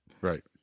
Right